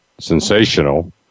sensational